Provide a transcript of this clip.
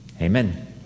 Amen